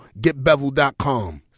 GetBevel.com